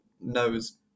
knows